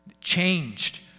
changed